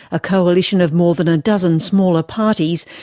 a coalition of more than a dozen smaller parties,